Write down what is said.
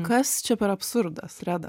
kas čia per absurdas reda